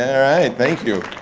all right, thank you.